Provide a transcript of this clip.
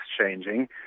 changing